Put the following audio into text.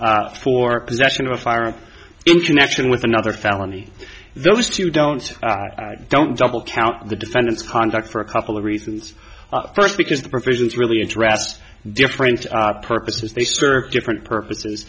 for possession of a fire engine action with another felony those two don't don't double count the defendant's conduct for a couple of reasons first because the provisions really address different purposes they serve different purposes